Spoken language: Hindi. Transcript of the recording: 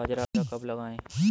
बाजरा कब लगाएँ?